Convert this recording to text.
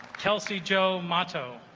chelsey joe amato